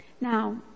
Now